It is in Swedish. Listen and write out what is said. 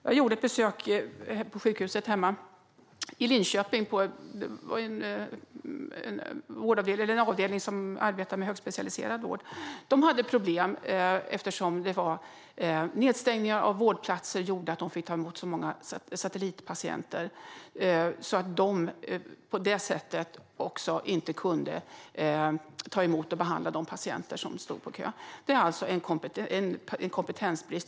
Jag gjorde ett besök på sjukhuset hemma i Linköping på en avdelning som arbetar med högspecialiserad vård, och de hade problem eftersom nedstängning av vårdplatser gjorde att de fick ta emot så många satellitpatienter att de inte kunde ta emot och behandla de patienter som stod på kö. Det råder alltså en kompetensbrist.